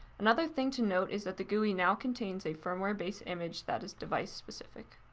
another thing to note is that the gui now contains a firmware base image that is device specific.